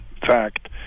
fact